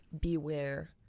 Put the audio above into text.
beware